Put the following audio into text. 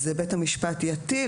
אז בית המשפט יטיל,